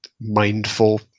mindful